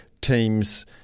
teams